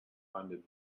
funded